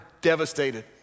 devastated